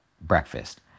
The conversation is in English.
breakfast